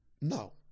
No